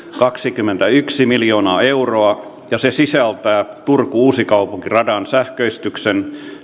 kaksikymmentäyksi miljoonaa euroa ja se sisältää turku uusikaupunki radan sähköistyksen